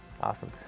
Awesome